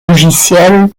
logiciel